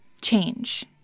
change